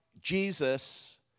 Jesus